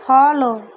follow